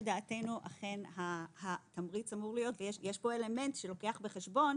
לדעתנו אכן התמריץ אמור להיות ויש כאן אלמנט שלוקח בחשבון